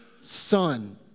son